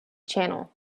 channel